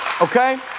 Okay